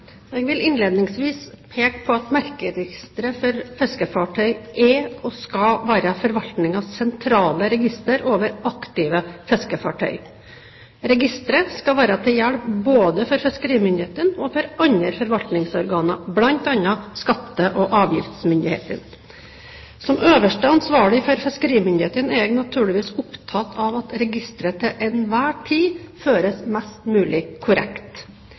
Jeg vil innledningsvis peke på at Merkeregisteret for fiskefartøy er og skal være forvaltningens sentrale register over aktive fiskefartøy. Registeret skal være til hjelp for både fiskerimyndighetene og for andre forvaltningsorganer, bl.a. skatte- og avgiftsmyndighetene. Som øverste ansvarlig for fiskerimyndighetene er jeg naturligvis opptatt av at registeret til enhver tid føres mest mulig korrekt.